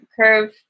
curve